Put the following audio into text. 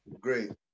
Great